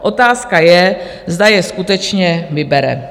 Otázka je, zda je skutečně vybere.